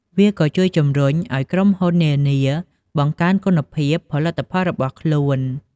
វាក៏ជំរុញឱ្យក្រុមហ៊ុននានា បង្កើនគុណភាព ផលិតផលរបស់ខ្លួន។